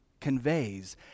conveys